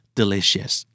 delicious